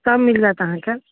सभ मिल जाएत अहाँके